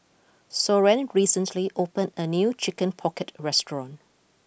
Soren recently opened a new Chicken Pocket restaurant